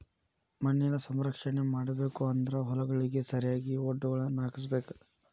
ಮಣ್ಣಿನ ಸಂರಕ್ಷಣೆ ಮಾಡಬೇಕು ಅಂದ್ರ ಹೊಲಗಳಿಗೆ ಸರಿಯಾಗಿ ವಡ್ಡುಗಳನ್ನಾ ಹಾಕ್ಸಬೇಕ